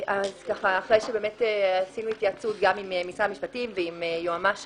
אחרי שעשינו התייעצות גם עם משרד המשפטים וגם עם יועמ"ש